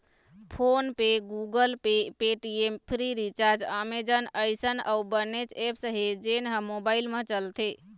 phone पे, Google Pay, Paytm, Freecharge, Amazon अइसन अउ बनेच ऐप्स हे जेन ह मोबाईल म चलथे